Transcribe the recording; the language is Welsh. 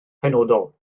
penodol